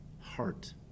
heart